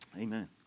Amen